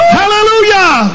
hallelujah